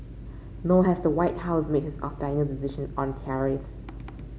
nor has the White House made its final decision on tariffs